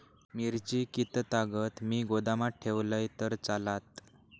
मिरची कीततागत मी गोदामात ठेवलंय तर चालात?